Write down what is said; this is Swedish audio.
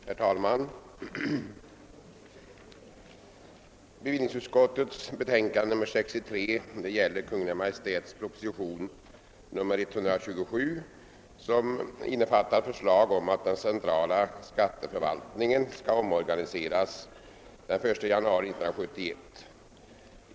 Herr talman! Bevillningsutskottets betänkande nr 63 gäller Kungl. Maj:ts proposition 127, som innefattar förslag om att den centrala skatteförvaltningen skall omorganiseras den 1 januari 1971.